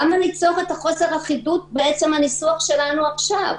למה ליצור את חוסר האחידות בעצם הניסוח שלנו עכשיו?